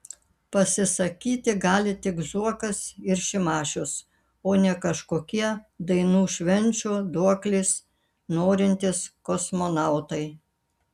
pasisakyti gali tik zuokas ir šimašius o ne kažkokie dainų švenčių duoklės norintys kosmonautai